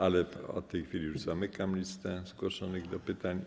Ale od tej chwili już zamykam listę zgłoszonych do pytań.